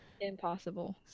Impossible